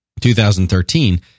2013